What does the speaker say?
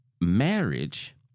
marriage